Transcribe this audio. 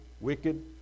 wicked